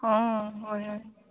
অঁ হয় হয়